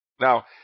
Now